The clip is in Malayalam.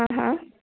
ആ ഹാ